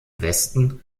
westen